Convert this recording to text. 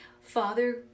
father